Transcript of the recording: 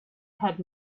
had